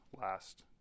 last